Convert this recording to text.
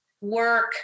work